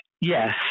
yes